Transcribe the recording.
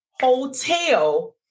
Hotel